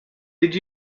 did